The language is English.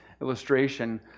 illustration